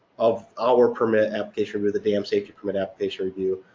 of our permit application with the dam safety permit application review,